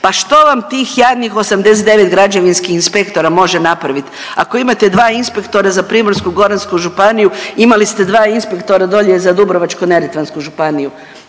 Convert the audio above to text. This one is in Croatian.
Pa što vam tih jadnih 89 građevinskih inspektora može napraviti? Ako imate 2 inspektora za Primorsko-goransku županiju, imali ste 2 inspektora dolje za Dubrovačko-neretvansku županiju.